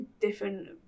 different